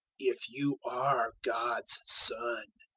if you are god's son,